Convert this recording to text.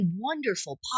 wonderful